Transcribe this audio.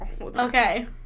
Okay